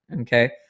Okay